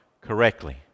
correctly